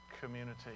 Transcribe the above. community